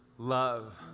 love